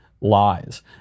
lies